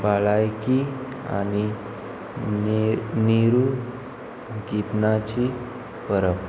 भलायकी आनी न्हे न्हेरू किर्णाची परब